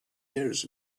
years